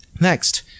next